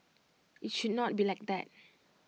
IT should not be like that